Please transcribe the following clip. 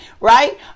right